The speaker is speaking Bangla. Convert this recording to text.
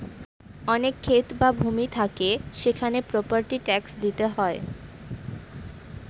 অনেক ক্ষেত বা ভূমি থাকে সেখানে প্রপার্টি ট্যাক্স দিতে হয়